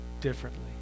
differently